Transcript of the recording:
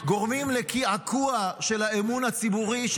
גורמים לקעקוע של האמון הציבורי,